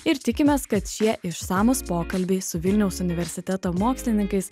ir tikimės kad šie išsamūs pokalbiai su vilniaus universiteto mokslininkais